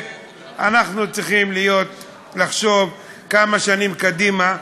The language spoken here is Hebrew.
אנחנו צריכים לחשוב כמה שנים קדימה,